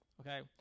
Okay